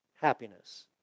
happiness